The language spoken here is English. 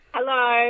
Hello